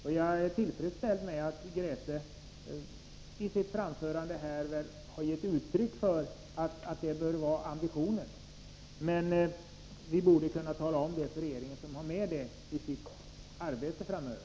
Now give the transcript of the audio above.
Och jag är tillfredsställd med att Grethe Lundblad i sitt anförande har gett uttryck för att det bör vara ambitionen. Men då borde vi kunna tala om det för regeringen, så att den har med detta i sitt arbete framöver.